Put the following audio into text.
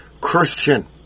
Christian